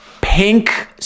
pink